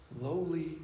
lowly